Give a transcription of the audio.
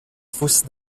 fosses